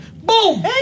Boom